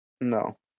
No